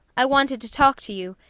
i wanted to talk to you,